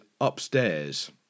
upstairs